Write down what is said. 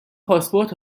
پاسپورت